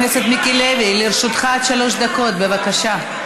חבר הכנסת מיקי לוי, לרשותך עד שלוש דקות, בבקשה.